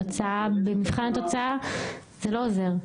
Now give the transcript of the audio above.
במבחן התוצאה זה לא עוזר.